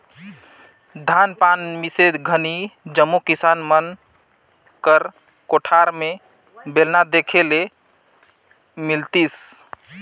धान पान मिसे घनी जम्मो किसान मन कर कोठार मे बेलना देखे ले मिलतिस